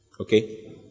Okay